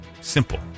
Simple